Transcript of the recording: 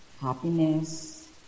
happiness